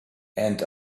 and